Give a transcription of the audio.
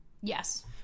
Yes